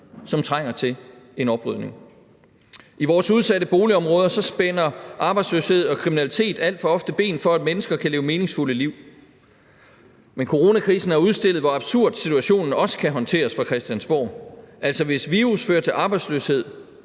som trænger til en oprydning. I vores udsatte boligområder spænder arbejdsløshed og kriminalitet alt for ofte ben for, at mennesker kan leve meningsfulde liv, men coronakrisen har udstillet, hvor absurd situationen også kan håndteres fra Christiansborg. Altså, hvis virus fører til arbejdsløshed,